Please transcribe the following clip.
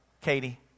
Katie